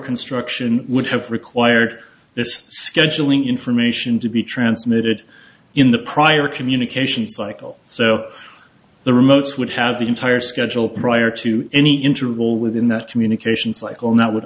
construction would have required this scheduling information to be transmitted in the prior communication cycle so the remotes would have the entire schedule prior to any interval within that communication cycle not would